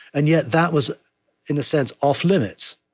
and yet, that was in a sense off-limits.